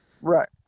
right